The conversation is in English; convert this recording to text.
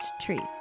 treats